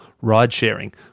ride-sharing